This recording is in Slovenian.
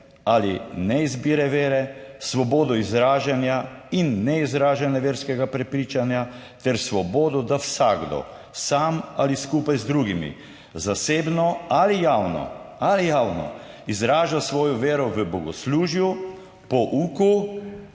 ali ne izbire vere, svobodo izražanja in neizražanja verskega prepričanja, ter svobodo, da vsakdo sam ali skupaj z drugimi, zasebno ali javno ali javno izraža svojo vero v bogoslužju, pouku,